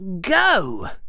Go